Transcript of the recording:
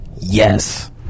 Yes